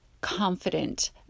confident